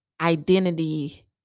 identity